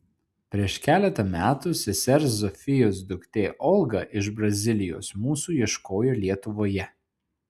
prieš keletą metų sesers zofijos duktė olga iš brazilijos mūsų ieškojo lietuvoje